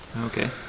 Okay